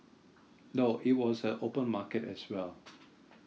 no it was at open market as well